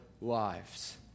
lives